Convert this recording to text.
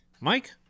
Mike